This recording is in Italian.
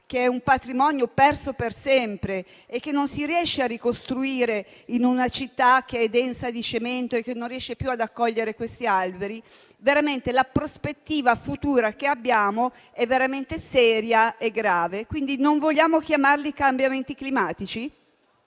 che sono un patrimonio perso per sempre, che non si riesce a ricostruire in una città densa di cemento e che non riesce più ad accogliere questi alberi. La prospettiva futura che abbiamo è veramente seria e grave. Pertanto, se non vogliamo chiamarli cambiamenti climatici,